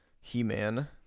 he-man